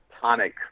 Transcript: tonic